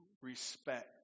respect